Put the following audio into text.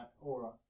aura